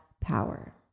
power